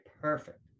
Perfect